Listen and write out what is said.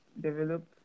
develop